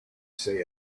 say